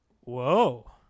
Whoa